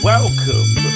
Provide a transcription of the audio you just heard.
Welcome